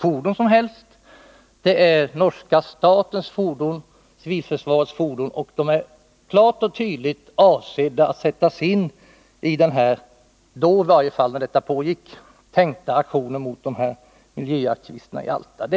fordon som helst — det är norska statens fordon, civilförsvarets fordon, och de är klart och tydligt avsedda att sättas in i den då tänkta aktionen mot miljöaktivisterna i Alta.